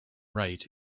right